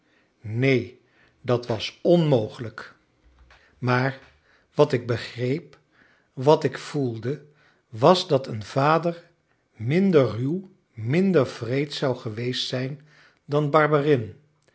neen dat was onmogelijk maar wat ik begreep wat ik voelde was dat een vader minder ruw minder wreed zou geweest zijn